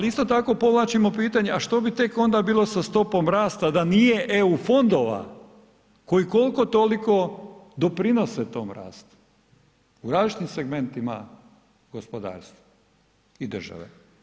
Ali isto tako povlačimo pitanje a što bi tek onda bilo sa stopom rasta da nije EU fondova koji kolko toliko doprinose tom rastu u različitim segmentima gospodarstva i države?